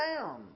down